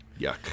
Yuck